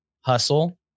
hustle